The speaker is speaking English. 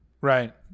Right